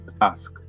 ask